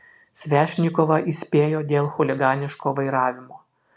svešnikovą įspėjo dėl chuliganiško vairavimo